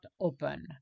open